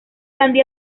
sandy